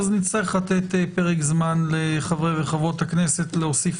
נצטרך לתת פרק זמן לחברות וחברי הכנסת להוסיף